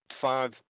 five